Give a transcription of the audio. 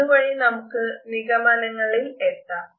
അതു വഴി നമുക്ക് നിഗമനങ്ങളിൽ എത്താം